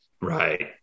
Right